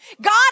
God